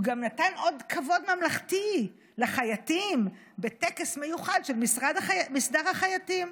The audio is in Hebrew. הוא גם נתן אות כבוד ממלכתי לחייטים בטקס מיוחד של מסדר החייטים.